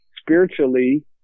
spiritually